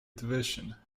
division